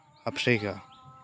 Africa